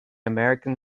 american